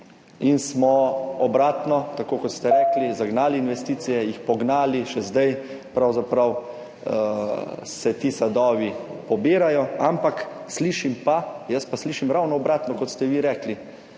(Nadaljevanje) tako kot ste rekli, zagnali investicije, jih pognali, še zdaj pravzaprav se ti sadovi pobirajo, ampak slišim pa, jaz pa slišim ravno obratno kot ste vi rekli,